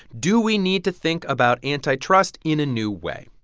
do we need to think about antitrust in a new way?